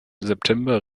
september